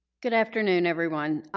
good afternoon, everyone.